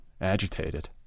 agitated